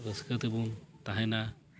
ᱨᱟᱹᱥᱠᱟᱹ ᱛᱮᱵᱚᱱ ᱛᱟᱦᱮᱱᱟ